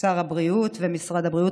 שר הבריאות ומשרד הבריאות.